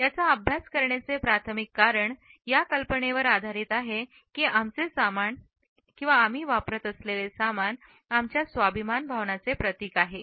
याचा अभ्यास करण्याचे प्राथमिक कारण या कल्पनेवर आधारित आहे की आमचे सामान आमच्या स्वाभिमान भावनाचे प्रतीक आहेत